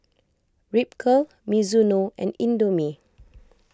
Ripcurl Mizuno and Indomie